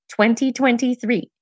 2023